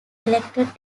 elected